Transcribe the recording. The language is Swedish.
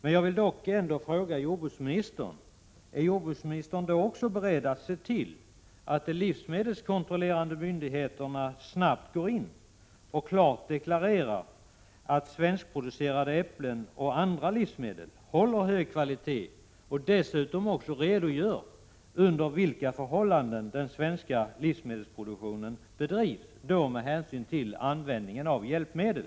Men jag vill ändå fråga jordbruksministern: Är jordbruksministern då också beredd att se till att de livsmedelskontrollerande myndigheterna snabbt går in och klart deklarerar att svenskproducerade äpplen och andra livsmedel är av hög kvalitet samt redogör för förhållandena när det gäller den svenska livsmedelsproduktionen, med hänsyn till användningen av hjälpmedel?